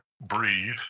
breathe